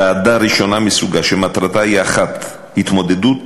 ועדה ראשונה מסוגה, שמטרתה היא אחת: התמודדות